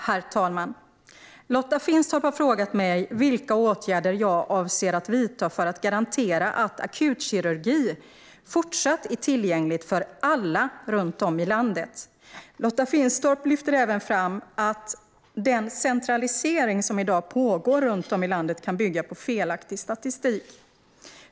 Herr talman! har frågat mig vilka åtgärder jag avser att vidta för att garantera att akutkirurgi även fortsättningsvis är tillgänglig för alla runt om i landet. Lotta Finstorp lyfter även fram att "den centralisering som i dag pågår runt om i landet kan bygga på felaktig statistik".